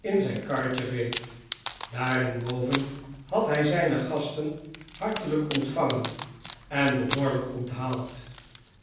in zijn karretje reed daarenboven had hij zijne gasten hartelijk ontvangen en behoorlijk onthaald